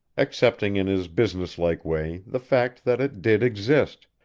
accepting in his businesslike way the fact that it did exist,